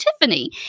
Tiffany